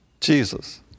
Jesus